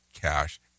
cash